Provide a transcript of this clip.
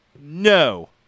no